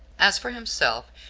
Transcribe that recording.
as for himself,